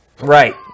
Right